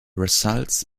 results